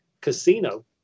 Casino